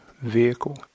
vehicle